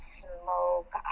smoke